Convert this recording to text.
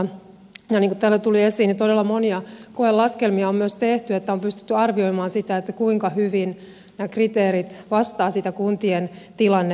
ja niin kuin täällä tuli esiin todella monia koelaskelmia on myös tehty että on pystytty arvioimaan sitä kuinka hyvin nämä kriteerit vastaavat sitä kuntien tilannetta